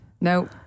No